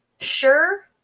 sure